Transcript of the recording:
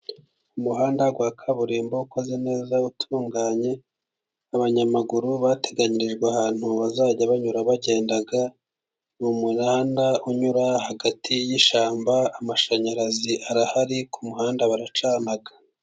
Umuhanda wa kaburimbo ukoze neza utunganye, abanyamaguru bateganyirijwe ahantu bazajya banyura bagenda, n'umuhanda unyura hagati y'ishyamba amashanyarazi arahari kumuhanda baracana.